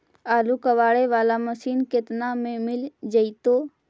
आलू कबाड़े बाला मशीन केतना में मिल जइतै?